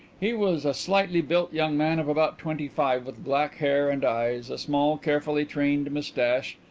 he was a slightly built young man of about twenty-five, with black hair and eyes, a small, carefully trained moustache,